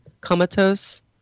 comatose